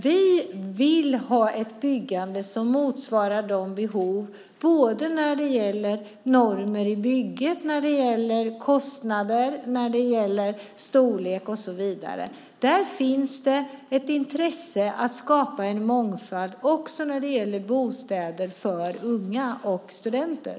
Vi vill ha ett byggande som motsvarar behoven när det gäller normer i byggandet, kostnader, storlek och så vidare. Det finns ett intresse av att skapa mångfald också i fråga om bostäder för unga och studenter.